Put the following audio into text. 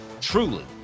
Truly